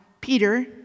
Peter